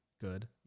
good